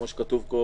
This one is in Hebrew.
כמו שכתוב פה,